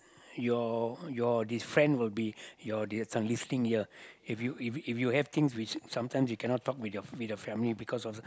your your this friend will be your the some listening ear if you if you if you have things which sometimes you cannot talk with your with your family because of